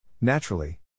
Naturally